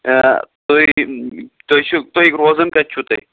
آ تُہۍ تُہۍ چھِو تُہۍ روزان کَتہِ چھُو تُہۍ